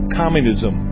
communism